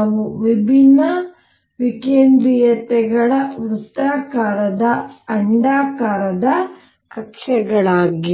ಅವು ವಿಭಿನ್ನ ವಿಕೇಂದ್ರೀಯತೆಗಳ ವೃತ್ತಾಕಾರದ ಅಂಡಾಕಾರದ ಕಕ್ಷೆಗಳಾಗಿವೆ